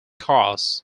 cars